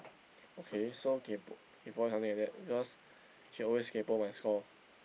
okay so kaypoh kaypoh is something like because he always kaypoh my score